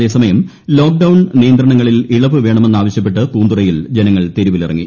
അതേസമയം ലോക്ഡൌൺ നിയന്ത്രണങ്ങളിൽ ഇളവ് വേണമെന്ന് ആവശ്യപ്പെട്ട് പൂന്തുറയിൽ ജനങ്ങൾ തെരുവിലിറങ്ങി